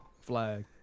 Flag